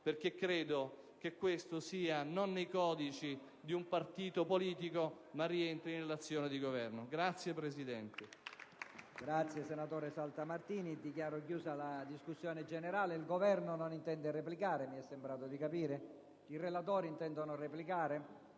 perché credo che questo stia non nei codici di un partito politico, ma rientri nell'azione di governo. *(Applausi